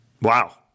wow